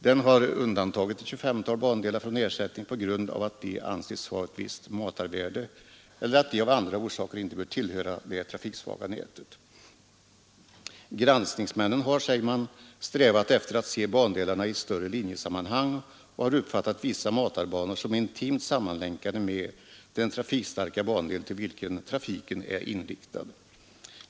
Den har undantagit ett tjugofemtal bandelar från ersättning på grund av att de anses ha ett visst matarvärde eller att de av andra orsaker inte bör tillhöra det trafiksvaga nätet. Kommittén har vidare framhållit att gransknings Nr 84 männen har strävat efter att se bandelarna i ett större linjesammanhang Torsdagen den och har uppfattat vissa matarbanor som intimt sammanlänkade med den 10 maj 1973 trafikstarka bandel till vilken trafiken är inriktad.